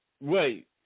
Wait